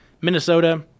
Minnesota